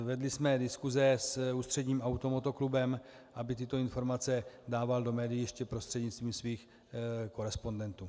Vedli jsme diskuse s Ústředním automotoklubem, aby tyto informace dával do médií ještě prostřednictvím svých korespondentů.